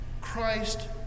CHRIST